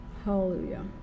Hallelujah